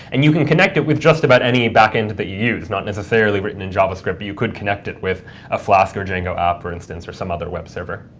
and you can connect it with just about any back end that you use, not necessarily written in javascript. but you could connect it with a flask or django app, for instance, or some other web server.